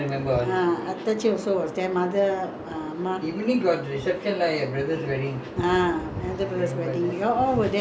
ah younger brother's wedding you all all were there [what] uh um your sisters stayed over that I remembered a lot of people were staying there